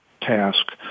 task